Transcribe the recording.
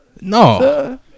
No